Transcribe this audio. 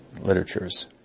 literatures